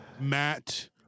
Matt